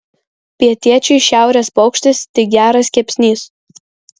pietiečiui šiaurės paukštis tik geras kepsnys